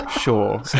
sure